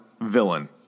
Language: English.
villain